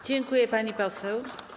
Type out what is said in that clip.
Dziękuję, pani poseł.